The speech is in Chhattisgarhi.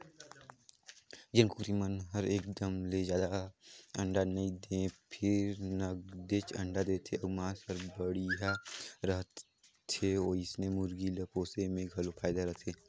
जेन कुकरी मन हर एकदम ले जादा अंडा नइ दें फेर नगदेच अंडा देथे अउ मांस हर बड़िहा रहथे ओइसने मुरगी ल पोसे में घलो फायदा रथे